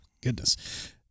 goodness